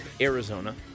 Arizona